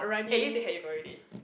at least you had your glory days